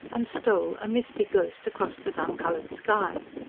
and stole, a misty ghost, across the dun-coloured sky.